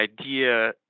idea